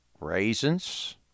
raisins